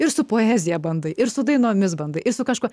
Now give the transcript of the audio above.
ir su poezija bandai ir su dainomis bandai ir su kažkuo